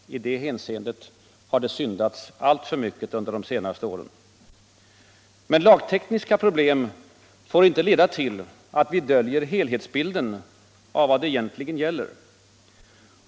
I det hänseendet har det syndats alltför mycket under de senaste åren. Men lagtekniska problem får inte leda till att vi döljer helhetsbilden av vad det egentligen gäller.